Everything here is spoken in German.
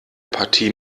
partie